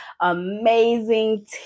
amazing